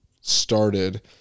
started